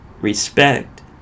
respect